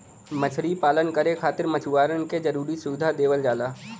मछरी पालन करे खातिर मछुआरन के जरुरी सुविधा देवल जाला